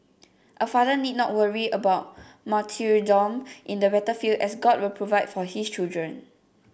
a father need not worry about martyrdom in the battlefield as God will provide for his children